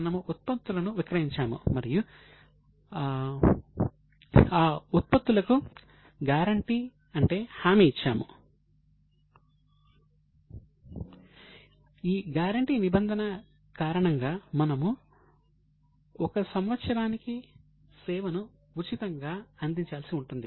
మనము ఉత్పత్తులను విక్రయించాము మరియు ఆ ఉత్పత్తులకు గ్యారెంటీ నిబంధన కారణంగా మనము 1 సంవత్సరానికి సేవను ఉచితంగా అందించాల్సి ఉంటుంది